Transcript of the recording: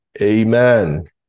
amen